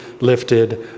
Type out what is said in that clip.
lifted